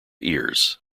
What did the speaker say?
ears